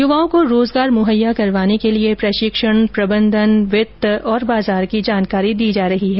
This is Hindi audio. युवाओ को रोजगार मुहैया करवाने के लिए प्रशिक्षण प्रबंधन वित्त और बाजार की जानकारी दी जाती है